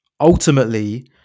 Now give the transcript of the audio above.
Ultimately